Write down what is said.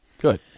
Good